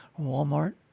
Walmart